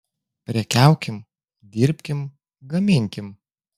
prekiaukim dirbkim gaminkim